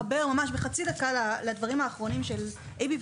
אתחבר בחצי דקה לדברים האחרונים של אייבי.